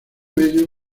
bello